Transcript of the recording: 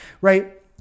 right